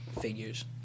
Figures